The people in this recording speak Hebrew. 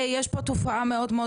יש תכנית או אין